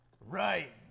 Right